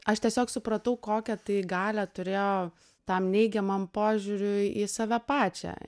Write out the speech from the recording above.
aš tiesiog supratau kokia tai galią turėjo tam neigiamam požiūriui į save pačią